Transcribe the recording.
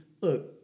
look